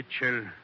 Mitchell